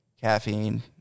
caffeine